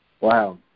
Wow